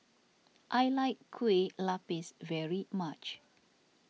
I like Kueh Lapis very much